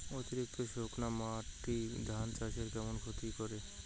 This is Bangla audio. অতিরিক্ত শুকনা মাটি ধান চাষের কেমন ক্ষতি করে?